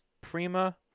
Prima